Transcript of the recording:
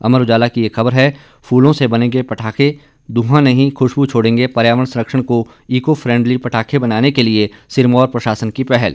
अमर उजाला की एक खबर है फूलों से बनेगें पटाखें धुंआ नहीं खुशबू छोड़ेंगे पर्यावरण संरक्षण को ईकों फ़ेंडली पटाखे बनाने के लिए सिरमौर प्रशासन की पहल